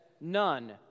none